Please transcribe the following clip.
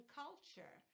culture